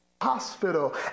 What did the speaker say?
Hospital